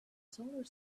solar